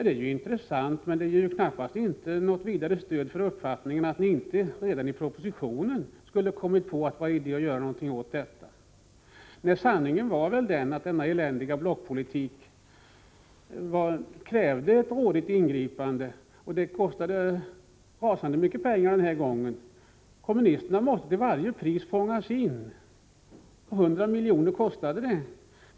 Det är ju intressant men knappast något stöd för uppfattningen att ni inte redan när ni skrev propositionen borde ha kommit på att göra någonting åt detta. Sanningen var väl att denna eländiga blockpolitik krävde ett årligt ingripande. Det kostade rasande mycket pengar den här gången. Kommunisterna måste till varje pris fångas in, och det kostade 100 milj.kr.